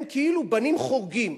הם כאילו בנים חורגים,